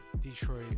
Detroit